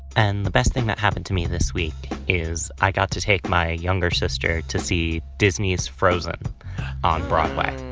and the best thing that happened to me this week is i got to take my younger sister to see disney's frozen on broadway.